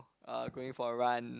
uh going for a run